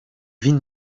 vin